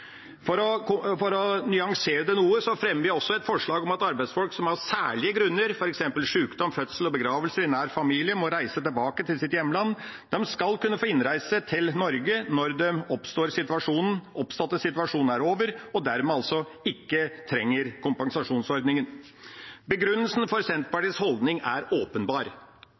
arbeidsfolk som av særlige grunner, f.eks. sjukdom, fødsel og begravelse i nær familie, må reise tilbake til sitt hjemland, skal kunne få innreise til Norge når den oppståtte situasjonen er over, og dermed altså ikke trenger kompensasjonsordningen. Begrunnelsen for Senterpartiets holdning er åpenbar: